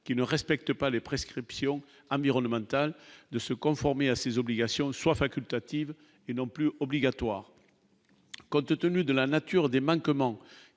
qui ne respectent pas les prescriptions environnementales de se conformer à ses obligations soit facultative et non plus obligatoire, compte tenu de la nature des manquements